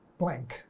blank